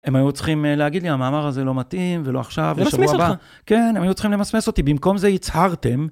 הם היו צריכים להגיד לי, המאמר הזה לא מתאים, ולא עכשיו, ושבוע הבא. למסמס אותך. כן, הם היו צריכים למסמס אותי, במקום זה הצהרתם,